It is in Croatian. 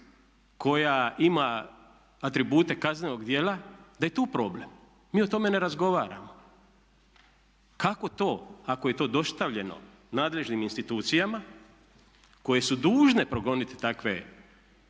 koja ima atribute kaznenog djela da je tu problem. Mi o tome ne razgovaramo. Kako to ako je to dostavljeno nadležnim institucijama koje su dužne progoniti takve